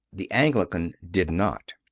the anglican did not.